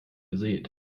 gesät